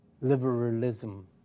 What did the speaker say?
liberalism